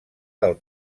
del